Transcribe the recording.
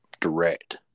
direct